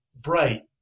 bright